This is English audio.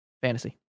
Fantasy